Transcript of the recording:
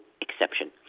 exception